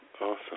Awesome